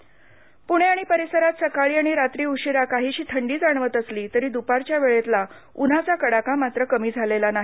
हवामान् पुणे परिसरात सकाळी आणि रात्री उशिरा काहीशी थंडी जाणवत असली तरी दुपारच्या वेळेतला उन्हाचा कडाका मात्र कमी झालेला नाही